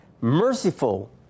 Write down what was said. merciful